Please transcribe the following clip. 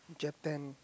Japan